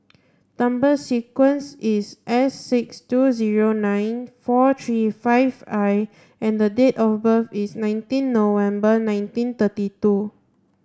number sequence is S six two zero nine four three five I and the date of birth is nineteen November nineteen thirty two